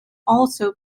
also